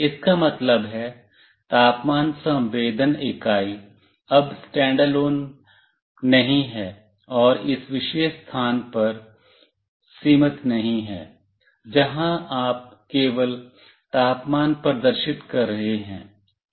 इसका मतलब है तापमान संवेदन इकाई अब स्टैंडअलोन नहीं है और इस विशेष स्थान तक सीमित नहीं है जहां आप केवल तापमान प्रदर्शित कर रहे हैं